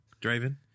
draven